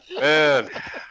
Man